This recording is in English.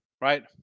right